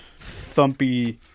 thumpy